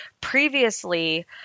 Previously